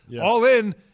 All-in